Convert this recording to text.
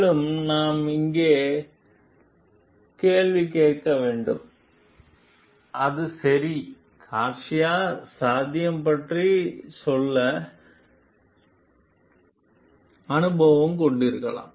மேலும் நாம் இங்கே மீது கேள்வி கேட்க வேண்டும் அது சரி கார்சியா சாத்தியம் பற்றி சொல்ல நன்றாக அனுபவம் இருக்கலாம்